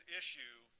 issue